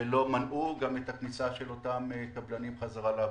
שלא מנעו גם את הכניסה של אותם קבלנים חזרה לעבודה.